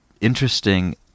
interesting